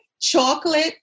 Chocolate